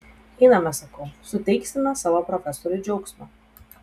einame sakau suteiksime tavo profesoriui džiaugsmo